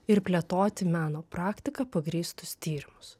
ir plėtoti meno praktika pagrįstus tyrimus